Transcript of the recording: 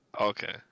Okay